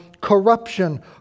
corruption